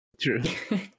true